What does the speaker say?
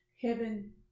Heaven